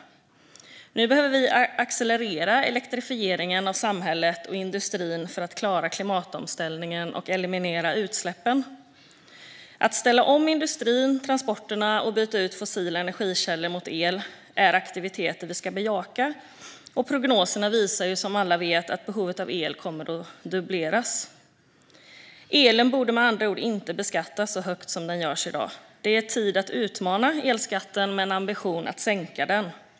Nu behöver vi accelerera elektrifieringen av samhället och industrin för att klara klimatomställningen och eliminera utsläppen. Att ställa om industrin och transporterna och att byta ut fossila energikällor mot el är aktiviteter vi ska bejaka, och prognoserna visar som alla vet att behovet av el kommer att dubbleras. Elen borde med andra ord inte beskattas så högt som görs i dag. Det är tid att utmana elskatten med en ambition att sänka den.